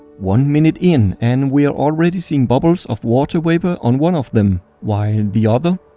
one minute in, and we're already seeing bubbles of water vapor on one of them. while the other.